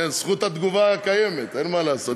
זכות התגובה קיימת, אין מה לעשות.